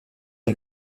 les